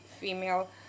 female